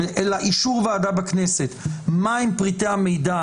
אלא אישור ועדה בכנסת מה הם פריטי המידע